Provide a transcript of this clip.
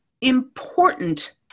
important